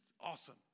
awesome